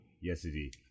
yesterday